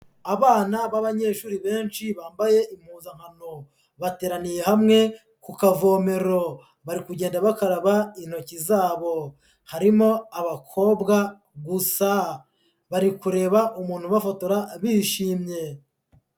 Abana b'abanyeshuri benshi bambaye impuzankano, bateraniye hamwe ku kavomero, bari kugenda bakaraba intoki zabo, harimo abakobwa gusha bari kureba umuntu ubafotora bishimye.